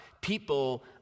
people